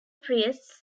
priests